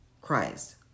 Christ